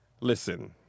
listen